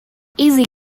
easy